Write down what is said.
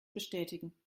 bestätigen